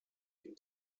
den